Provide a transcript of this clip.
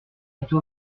était